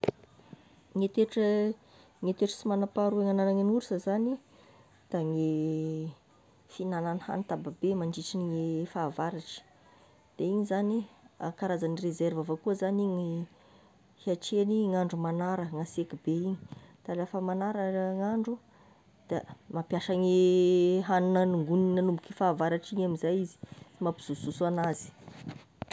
Ny toetra, ny toetra sy magna-paharoa agnanan'ny orsa zagny da ny fihignanany hany tababe mandritry ny fahavaratra, de igny zagny a karazany reserve avao koa zagny igny satria ny gn'andro manara gn'hasiaka be igny, da rehefa magnara gn'andro da mampiasa igny hanina nangonina nanomboky fahavaratra igny amin'izay izy, mampijojoso anazy.